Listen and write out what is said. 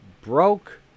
broke